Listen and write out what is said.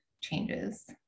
changes